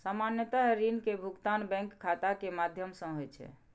सामान्यतः ऋण के भुगतान बैंक खाता के माध्यम सं होइ छै